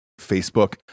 Facebook